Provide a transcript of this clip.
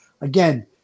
Again